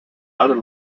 other